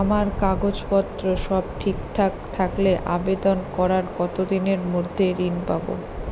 আমার কাগজ পত্র সব ঠিকঠাক থাকলে আবেদন করার কতদিনের মধ্যে ঋণ পাব?